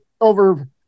over